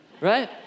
right